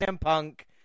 Punk